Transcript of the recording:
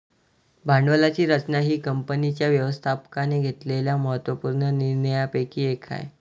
भांडवलाची रचना ही कंपनीच्या व्यवस्थापकाने घेतलेल्या महत्त्व पूर्ण निर्णयांपैकी एक आहे